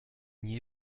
n’y